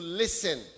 listen